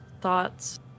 thoughts